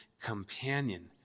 companion